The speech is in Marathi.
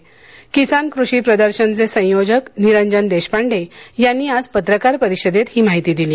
किसान कृषी प्रदर्शनचे संयोजक निरंजन देशपांडे यांनी आज पत्रकार परिषदेत हि माहिती दिली आहे